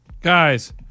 Guys